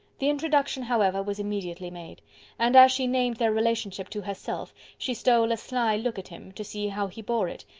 the introduction, however, was immediately made and as she named their relationship to herself, she stole a sly look at him, to see how he bore it,